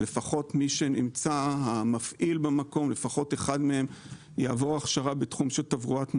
שלפחות אחד מן המפעילים במקום יעבור הכשרה בתחום של תברואת מזון,